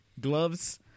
gloves